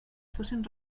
fossin